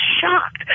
shocked